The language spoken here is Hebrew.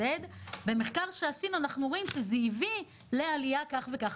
Z. במחקר שעשינו ראינו שזה הביא לעלייה כך וכך.